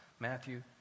Matthew